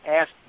asked